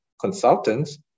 consultants